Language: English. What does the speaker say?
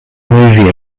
movie